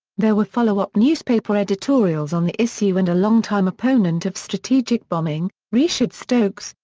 there were followup newspaper editorials on the issue and a longtime opponent of strategic bombing, richard stokes,